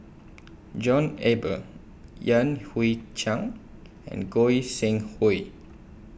John Eber Yan Hui Chang and Goi Seng Hui